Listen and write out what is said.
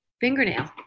fingernail